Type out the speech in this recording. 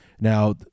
Now